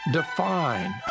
define